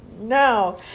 No